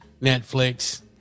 Netflix